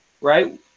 right